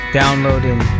downloading